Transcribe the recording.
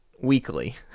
weekly